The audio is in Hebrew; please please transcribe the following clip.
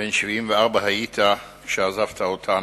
בן 74 היית כשעזבת אותנו,